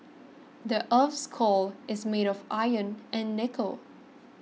the earth's core is made of iron and nickel